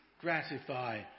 Gratify